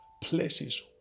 places